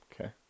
Okay